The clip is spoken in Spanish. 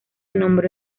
nombró